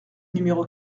numéro